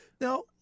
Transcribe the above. Now